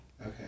Okay